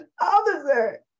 officer